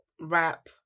rap